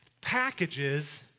packages